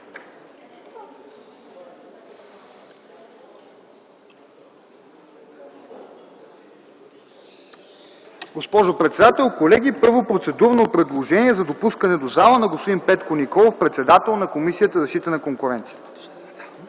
Госпожо председател, колеги, първо, процедурно предложение за допускане в залата на господин Петко Николов – председател на Комисията за защита на конкуренцията.